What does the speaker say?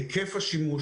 היקף השימוש,